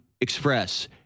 express